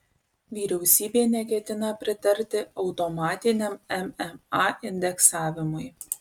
vyriausybė neketina pritarti automatiniam mma indeksavimui